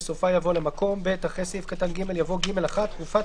בסופה יבוא "למקום"; (ב)אחרי סעיף קטן (ג) יבוא: "(ג1) תקופת